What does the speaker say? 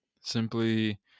simply